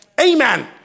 Amen